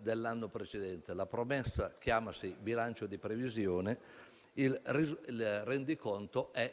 dell'anno precedente. La promessa si chiama bilancio di previsione, il rendiconto è